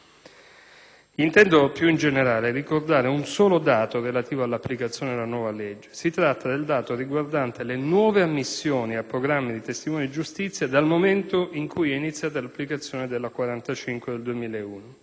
Intendo, più in generale, ricordare un solo dato relativo all'applicazione della nuova legge. Si tratta del dato riguardante le nuove ammissioni ai programmi di testimoni di giustizia dal momento in cui è iniziata l'applicazione della legge n.